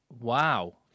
Wow